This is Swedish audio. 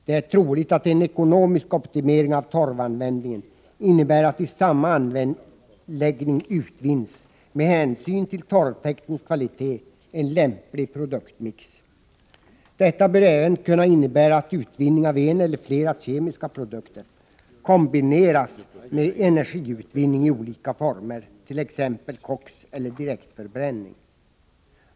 Det är troligt att en ekonomisk optimering av torvanvändningen innebär att i samma anläggning utvinns, med hänsyn till torvtäktens kvalitet, en lämplig produktmix. Detta bör även kunna innebära att utvinning av en eller flera kemiska produkter kombineras med energiutvinning i olika former — t.ex. koks eller direktförbränning.